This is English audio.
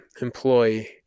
employee